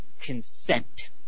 consent